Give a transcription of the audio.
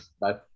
Bye